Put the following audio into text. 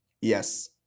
Yes